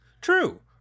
True